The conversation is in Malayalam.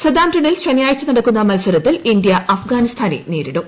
സതാംപ്ടെണിൽ ശനിയാഴ്ച നടക്കുന്ന മത്സരത്തിൽ ഇന്ത്യ അഫ്ഗാനിസ്ഥാനെ നേരിടും